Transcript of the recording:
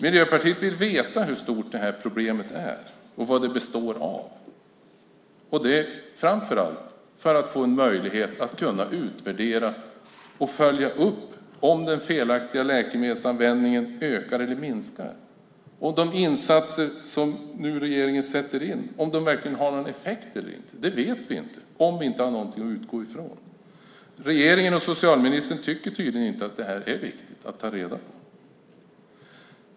Miljöpartiet vill veta hur stort detta problem är och vad det består av - framför allt för att få en möjlighet att kunna utvärdera och följa upp om den felaktiga läkemedelsanvändningen ökar eller minskar och om regeringens insatta åtgärder har någon effekt eller inte. Det vet vi inte om vi inte har något att utgå från. Men regeringen och socialministern tycker tydligen inte att detta är viktigt att ta reda på.